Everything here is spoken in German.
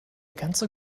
ganze